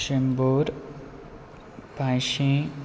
शंबर पांचशीं